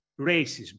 racism